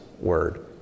word